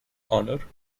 honor